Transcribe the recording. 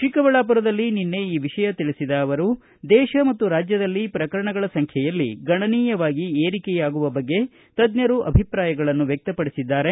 ಚಿಕ್ಕಬಳ್ಳಾಪುರದಲ್ಲಿ ನಿನ್ನೆ ಈ ವಿಷಯ ತಿಳಿಸಿದ ಅವರು ದೇಶ ಮತ್ತು ರಾಜ್ಯದಲ್ಲಿ ಪ್ರಕರಣಗಳ ಸಂಖ್ಯೆಯಲ್ಲಿ ಗಣನೀಯವಾಗಿ ಎರಿಕೆಯಾಗುವ ಬಗ್ಗೆ ತನ್ನರು ಅಭಿಪ್ರಾಯಗಳನ್ನು ವ್ವಕ್ತಪಡಿಸಿದ್ದಾರೆ